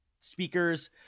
speakers